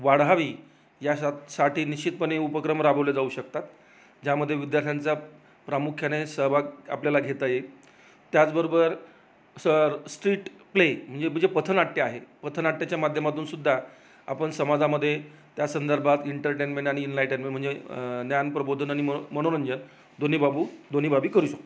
वाढावी यासाठी निश्चितपणे उपक्रम राबवले जाऊ शकतात ज्यामध्ये विद्यार्थ्यांचा प्रामुख्याने सहभाग आपल्याला घेता येईल त्याचबरोबर सर स्ट्रीट प्ले म्हणजे म्हणजे पथनाट्य आहे पथनाट्याच्या माध्यमातूनसुद्धा आपण समाजामध्ये त्या संदर्भात इंटरटेन्मेंट आणि इनलायटेनमेंट म्हणजे ज्ञानप्रबोधन आणि म मनोरंजन दोन्ही बाबू दोन्ही बाबी करू शकतो